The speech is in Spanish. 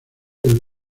del